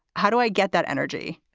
how do i get that energy?